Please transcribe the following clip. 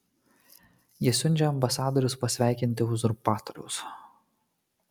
jie siunčia ambasadorius pasveikinti uzurpatoriaus